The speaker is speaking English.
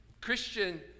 Christian